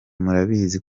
murabizi